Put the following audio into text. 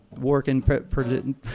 working